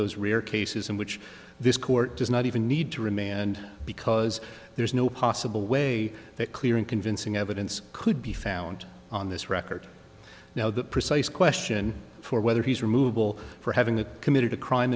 those rare cases in which this court does not even need to remand because there is no possible way that clearing convincing evidence could be found on this record now the precise question for whether his removal for having committed a crime